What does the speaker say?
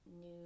new